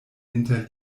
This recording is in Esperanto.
inter